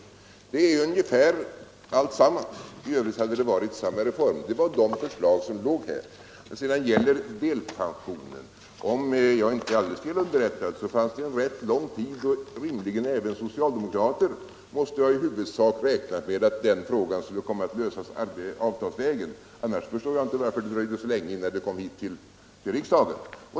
Det är ungefär alltsammans. I övrigt hade det varit samma reform. Det var de förslagen som låg här. När det sedan gäller delpensionen måste under en rätt lång tid — om jag inte är felunderrättad — rimligen även socialdemokrater ha räknat med att den frågan i huvudsak skulle komma att lösas avtalsvägen. Annars förstår jag inte varför det dröjde så länge innan den kom upp i riksdagen.